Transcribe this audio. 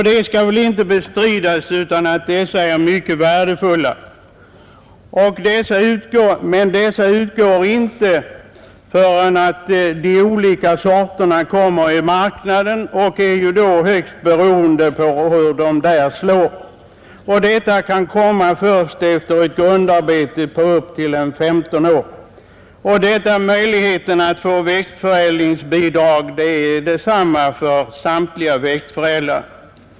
Det skall inte bestridas att dessa är mycket värdefulla. Men de utgår inte förrän de olika sorterna kommer i marknaden och det visar sig hur de slår. Detta kan komma först efter ett grundarbete på upp till 15 år. Möjligheterna att få växtförädlingsbidrag är desamma för samtliga växtförädlare.